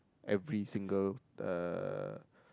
every single uh